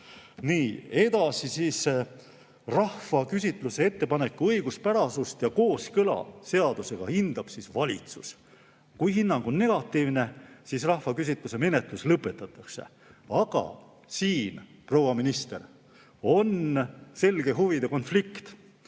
Nii, edasi. Rahvaküsitluse ettepaneku õiguspärasust ja kooskõla seadusega hindab valitsus. Kui hinnang on negatiivne, siis rahvaküsitluse menetlus lõpetatakse. Aga siin, proua minister, on selge huvide konflikt,